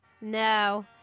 No